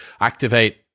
activate